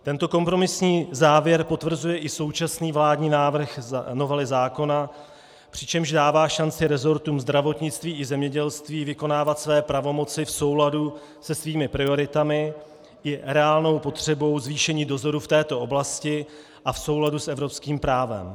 Tento kompromisní závěr potvrzuje i současný vládní návrh novely zákona, přičemž dává šanci resortům zdravotnictví i zemědělství vykonávat své pravomoci v souladu se svými prioritami i reálnou potřebou zvýšení dozoru v této oblasti a v souladu s evropským právem.